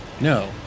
No